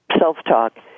self-talk